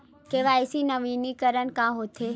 KYC नवीनीकरण का होथे?